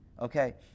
okay